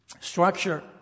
structure